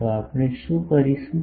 તો આપણે શું કરીશું